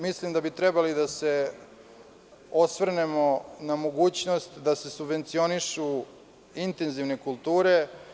Mislim da bi trebali da se osvrnemo na mogućnost da se subvencionišu intenzivne kulture.